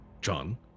John